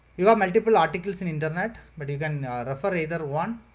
you have multiple articles in internet, but you can refer either one.